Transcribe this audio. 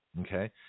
Okay